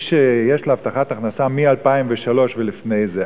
מי שיש לו הבטחת הכנסה מ-2003 ולפני זה,